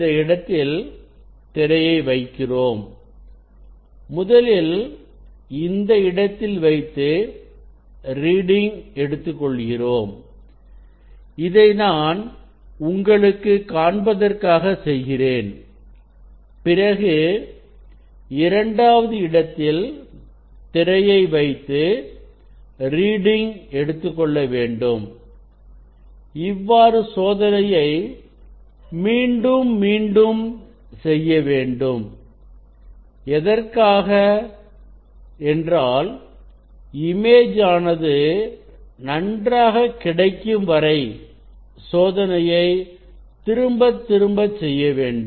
இந்த இடத்தில் திரையை வைக்கிறோம் முதலில் இந்த இடத்தில் வைத்து ரீடிங் எடுத்துக்கொள்கிறோம் இதை நான் உங்களுக்கு காண்பதற்காக செய்கிறேன் பிறகு இரண்டாவது இடத்தில் திரையை வைத்து ரீடிங் எடுத்துக்கொள்ள வேண்டும் இவ்வாறு சோதனையை மீண்டும் மீண்டும் செய்ய வேண்டும் எதற்காக என்றால் இமேஜ் ஆனது நன்றாக கிடைக்கும்வரை சோதனையை திரும்பத் திரும்ப செய்ய வேண்டும்